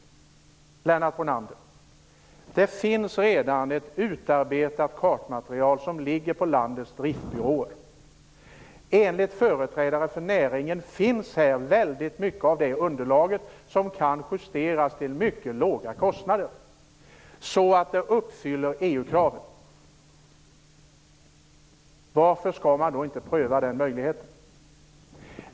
Lennart Brunander! Det finns redan ett utarbetat kartmaterial som ligger på landets driftbyråer. Enligt företrädare för näringen finns här mycket av underlaget, som till mycket låga kostnader kan justeras så att det uppfyller EU-kraven. Varför skall man då inte pröva den möjligheten?